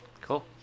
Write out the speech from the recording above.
Cool